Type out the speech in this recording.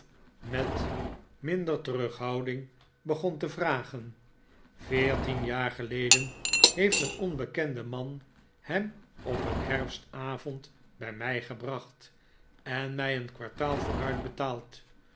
schreeft der terughouding begon te vragen veertien jaar geleden heeft een onbekende man hem op een herfstavond bij mij gebracht en mij een kwartaal vooruitbetaald